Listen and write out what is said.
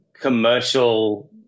commercial